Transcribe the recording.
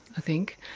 i think.